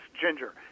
ginger